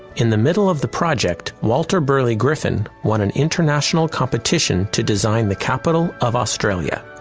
in the middle of the project, walter burley griffin won an international competition to design the capital of australia.